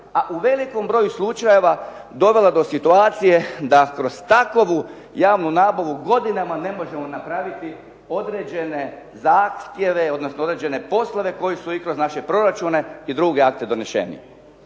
a u velikom broju slučajeva dovelo do situacije da kroz takovu javnu nabavu godinama ne možemo napraviti određene zahtjeve odnosno određene poslove koji su i kroz naše proračune i druge akte doneseni.